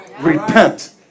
Repent